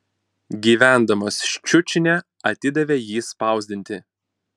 gyvendamas ščiučine atidavė jį spausdinti